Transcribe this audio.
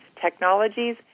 technologies